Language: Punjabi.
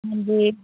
ਹਾਂਜੀ